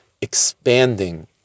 expanding